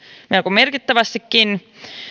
merkittävästikin